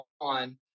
on